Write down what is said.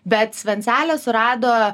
bet svencelę surado